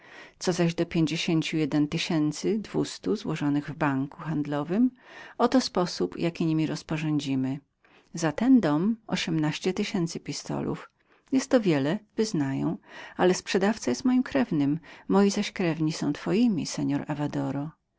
co zaś do pięćdziesięciu jeden tysięcy dwustu złożonych na banku gremios oto jest sposób jakim niemi rozporządzimy za ten dom ośmnaście tysięcy pistolów jest to wiele wyznaję ale sprzedawca jest moim krewnym moi zaś krewni są twoimi seor